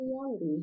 reality